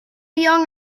young